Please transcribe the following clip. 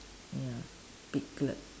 ya piglet